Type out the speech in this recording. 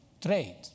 trade